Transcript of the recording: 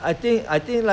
for them to live